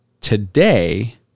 Today